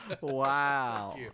Wow